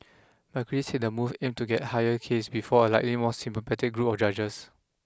but critics said the move aimed to get higher case before a likely more sympathetic group of judges